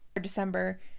December